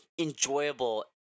enjoyable